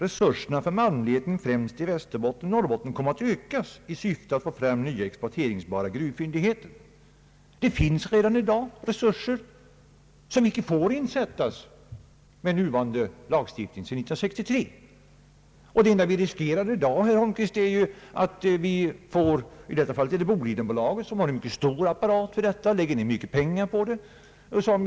»Resurserna för malmletning främst i Västerbotten och Norrbotten kommer att ökas i syfte att få fram nya exploateringsbara gruvfyndigheter», säger statsministern. Det finns redan i dag resurser som med nuvarande lagstiftning av år 1963 icke får insättas. Bolidenbolaget har en mycket stor apparat för sådan malmletning som det här gäller och lägger ned mycket pengar på detta arbete.